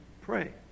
pray